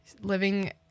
living